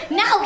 no